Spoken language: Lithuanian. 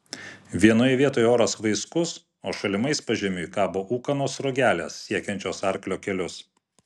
vienoje vietoje oras vaiskus o šalimais pažemiui kabo ūkanos sruogelės siekiančios arklio kelius